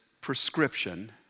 prescription